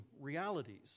realities